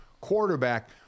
quarterback